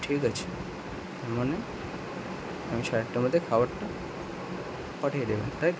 ঠিক আছে মানে আপনি সাড়ে আটটার মধ্যে খাবারটা পাঠিয়ে দেবেন তাই তো